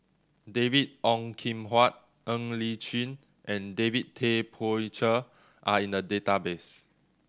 David Ong Kim Huat Ng Li Chin and David Tay Poey Cher are in the database